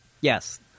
Yes